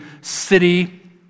city